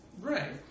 Right